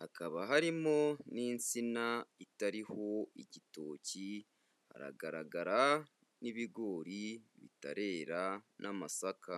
hakaba harimo n'insina itariho igitoki, haragaragara n'ibigori bitarera n'amasaka.